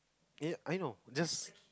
If I know just